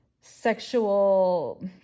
sexual